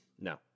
No